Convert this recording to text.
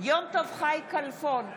יום טוב חי כלפון,